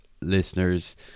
listeners